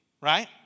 right